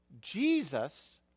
Jesus